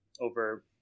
over